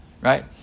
right